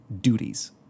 duties